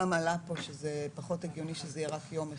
גם עלה פה שזה פחות הגיוני שזה יהיה רק יום אחד,